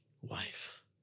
wife